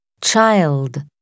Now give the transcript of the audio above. child